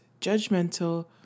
judgmental